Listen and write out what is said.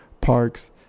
parks